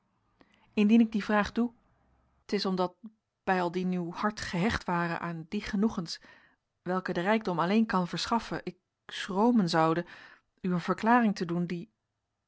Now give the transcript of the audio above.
indien ik die vraag doe t is omdat bijaldien uw hart gehecht ware aan die genoegens welke de rijkdom alleen kan verschaffen ik schromen zoude u een verklaring te doen die